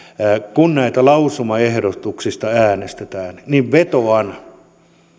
kun näistä lausumaehdotuksista äänestetään vetoan